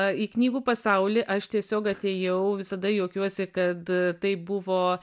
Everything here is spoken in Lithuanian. į knygų pasaulį aš tiesiog atėjau visada juokiuosi kad tai buvo